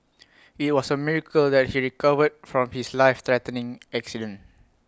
IT was A miracle that he recovered from his life threatening accident